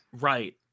Right